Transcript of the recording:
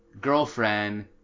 girlfriend